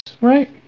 right